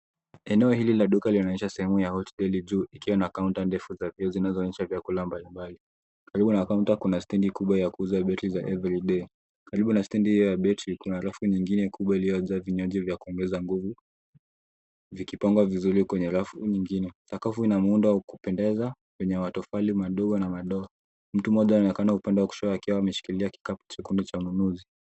Eneo hili la duka linaonesha sehemu ya hot deli juu ikiwa na counter ndefu za vioo vinavyoonesha vyakula mbalimbali. Karibu na counter kuna stendi kubwa ya kuuza battery za everyday . Karbi na stendi hio ya battery kuna rafu nyingine kubwa iliyojaa vinywaji vya kuongeza nguvu vikipangwa vizuri kwenye rafu nyingine. Sakafu ina muundo wa kupendeza wenye matofali madogo na madoa. Mtu mmoja anaonakana upande wa kushoto akiwa ameshilia kikapu chekundu cha ununuzi.